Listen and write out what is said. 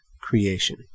creation